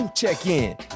Check-in